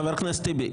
חבר הכנסת טיבי?